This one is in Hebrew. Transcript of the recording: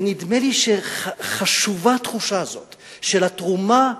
ונדמה לי שחשובה התחושה הזאת של התרומה,